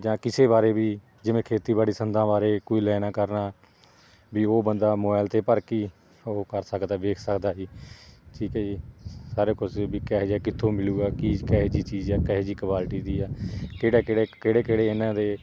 ਜਾਂ ਕਿਸੇ ਬਾਰੇ ਵੀ ਜਿਵੇਂ ਖੇਤੀਬਾੜੀ ਸੰਦਾਂ ਬਾਰੇ ਕੋਈ ਲੈਣਾ ਕਰਨਾ ਵੀ ਉਹ ਬੰਦਾ ਮੋਬਾਇਲ 'ਤੇ ਭਰ ਕੇ ਹੀ ਉਹ ਕਰ ਸਕਦਾ ਵੇਖ ਸਕਦਾ ਜੀ ਠੀਕ ਹੈ ਜੀ ਸਾਰੇ ਕੁਝ ਵੀ ਕਿਹੋ ਜਿਹਾ ਕਿੱਥੋਂ ਮਿਲੂਗਾ ਕੀ ਕਿਹੇ ਜਿਹੀ ਚੀਜ਼ ਹੈ ਕਿਹੇ ਜਿਹੀ ਕੁਆਲਿਟੀ ਦੀ ਆ ਕਿਹੜਾ ਕਿਹੜਾ ਕ ਕਿਹੜੇ ਕਿਹੜੇ ਇਹਨਾਂ ਦੇ